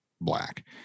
black